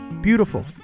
beautiful